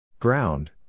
Ground